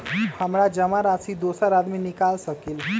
हमरा जमा राशि दोसर आदमी निकाल सकील?